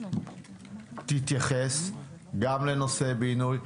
תתייחס גם לנושא בינוי,